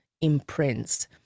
imprints